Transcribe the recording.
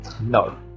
No